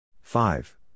five